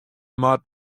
moat